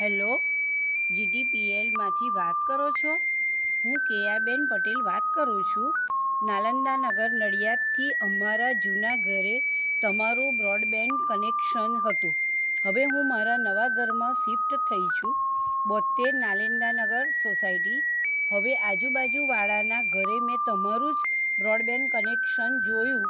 hello GDPL માંથી વાત કરો છો હું કેયા બેન પટેલ વાત કરું છું નાલંદા નગર નડીયાદથી અમારા જૂના ઘરે તમારો બ્રોડબેન્ડ કનેક્શન હતું હવે હું મારા નવા ઘરમાં શિફ્ટ થઈ છું બોતેર નાલેંદા નગર સોસાયટી હવે આજુબાજુ વાળાના ઘરે મેં તમારું જ બ્રોડબેન્ડ કનેક્શન જોયું